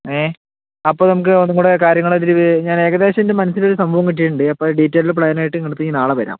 ഏഹ് അപ്പോൾ നമുക്ക് ഒന്നും കൂടെ കാര്യങ്ങള് ഇതില് ചെയ്തു കഴിഞ്ഞാൽ ഞാന് ഏകദേശം എൻ്റെ മനസിലൊരു സംഭവം കിട്ടിയിട്ടുണ്ട് അപ്പം ഡീറ്റൈൽഡ് പ്ലാനുമായിട്ട് നിങ്ങളുടെ അടുത്ത് ഞാൻ നാളെ വരാം